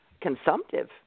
consumptive